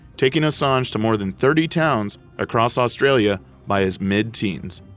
taking assange to more than thirty towns across australia by his mid-teens.